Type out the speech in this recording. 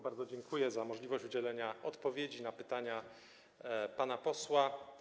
Bardzo dziękuję za możliwość udzielenia odpowiedzi na pytania pana posła.